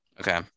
Okay